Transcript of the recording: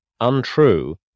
untrue